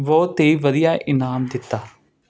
ਬਹੁਤ ਹੀ ਵਧੀਆ ਇਨਾਮ ਦਿੱਤਾ